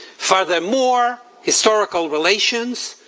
furthermore, historical relations,